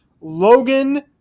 Logan